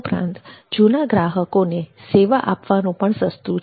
ઉપરાંત જૂના ગ્રાહકોને સેવા આપવાનું પણ સસ્તું છે